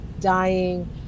dying